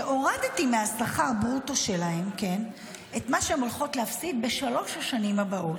הורדתי משכר הברוטו שלהן את מה שהן הולכות להפסיד בשלוש השנים הבאות: